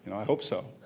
i hope so.